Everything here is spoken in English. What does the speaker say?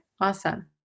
awesome